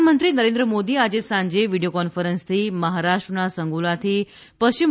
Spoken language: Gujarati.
પ્રધાનમંત્રી નરેન્દ્ર મોદી આજે સાંજે વીડિયો કોન્ફરન્સિંગથી મહારાષ્ટ્રના સંગોલાથી પશ્ચિમ